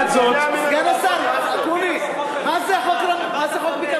סגן השר אקוניס, מה זה חוק בקעת-הירדן?